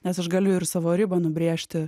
nes aš galiu ir savo ribą nubrėžti